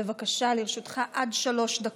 בבקשה, לרשותך עד שלוש דקות.